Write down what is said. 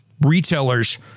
retailers